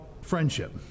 friendship